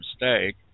mistake